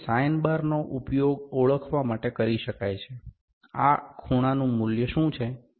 તેથી sine bar નો ઉપયોગ ઓળખવા માટે કરી શકાય છે આ ખૂણાનું મૂલ્ય શું છે